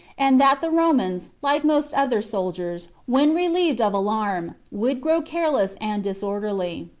and that the romans, like most other soldiers, when relieved of alarm, would grow careless and disorderly.